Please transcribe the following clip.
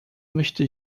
möchte